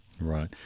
right